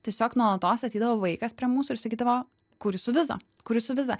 tiesiog nuolatos ateidavo vaikas prie mūsų ir sakydavo kur jūsų viza kur jūsų viza